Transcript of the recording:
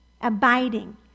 Abiding